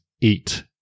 eat